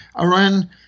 Iran